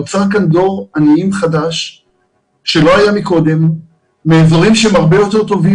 נוצר כאן דור עניים חדש שלא היה קודם באזורים שהם הרבה יותר טובים